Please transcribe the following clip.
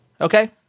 Okay